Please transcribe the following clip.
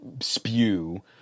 spew